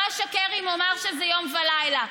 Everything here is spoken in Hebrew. שנייה, לא אשקר אם אומר שזה יום ולילה.